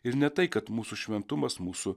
ir ne tai kad mūsų šventumas mūsų